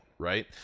right